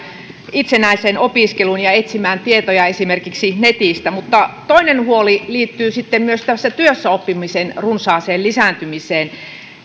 itsenäiseen opiskeluun ja etsimään tietoa esimerkiksi netistä toinen huoli liittyy työssäoppimisen runsaaseen lisääntymiseen